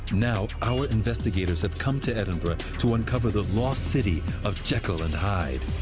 now, our investigators have come to edinburgh to uncover the lost city of jekyll and hyde.